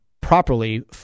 properly